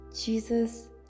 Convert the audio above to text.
Jesus